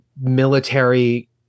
military